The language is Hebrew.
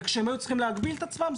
וכשהם היו צריכים להגביל את עצמם,